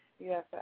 Yes